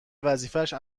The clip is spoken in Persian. وظیفهش